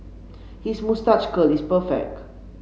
his moustache curl is perfect